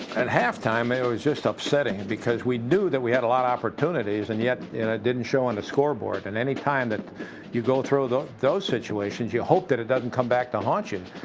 at halftime, it was just upsetting. because we knew that we had a lot of opportunities, and yet and it didn't show on the scoreboard. and any time that you go through those situations, you hope that it doesn't come back to haunt you.